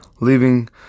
leaving